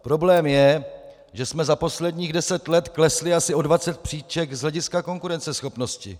Problém je, že jsme za posledních deset let klesli asi o 20 příček z hlediska konkurenceschopnosti.